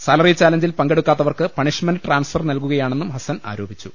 salary ചാലഞ്ചിൽ പങ്കെടുക്കാത്തവർക്ക് punishment transfer നൽകുകയാണെന്നും ഹസ്സൻ ആരോപിച്ചു